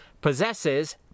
possesses